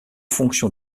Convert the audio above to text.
fonction